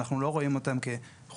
ואנחנו לא רואים אותם כחופפים.